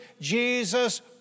Jesus